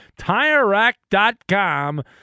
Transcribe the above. TireRack.com